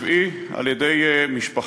בוודאי עם ישראל,